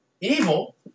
Evil